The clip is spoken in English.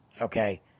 okay